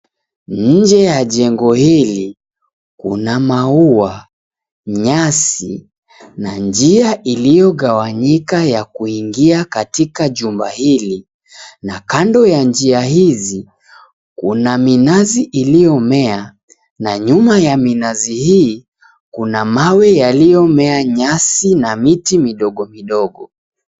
Nje ya jengo hil𝑖, kuna mauwa, nyasi na njia iliyo gawanyika ya kuingia katika jumba hili na kando ya njia hizi, kuna minazi iliyo mea na nyuma ya minazi hii kuna mawe yaliyo mea nyasi na miti midogo midogo.